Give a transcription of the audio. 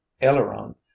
aileron